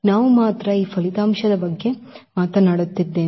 ನಾವು ಮಾತ್ರ ಈ ಫಲಿತಾಂಶದ ಬಗ್ಗೆ ಮಾತನಾಡುತ್ತಿದ್ದೇವೆ